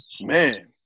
Man